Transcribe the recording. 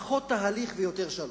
פחות תהליך ויותר שלום.